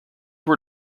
were